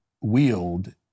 wield